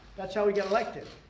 that is how he got elected.